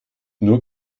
nur